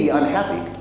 unhappy